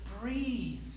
Breathe